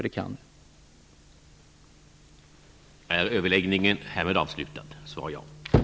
Det kan det bli.